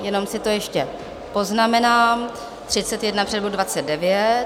Jenom si to ještě poznamenám, 31 před bod 29.